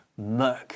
Merck